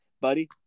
buddy